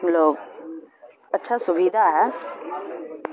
لوگ اچھا سویدھا ہے